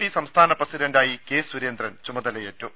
P സംസ്ഥാന പ്രസിഡണ്ടായി K Surendran ചുമത ലയേറ്റു